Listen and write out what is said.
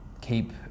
keep